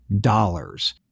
dollars